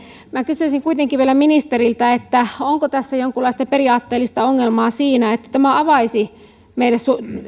minä kysyisin kuitenkin vielä ministeriltä onko tässä jonkinlaista periaatteellista ongelmaa siinä että tämä avaisi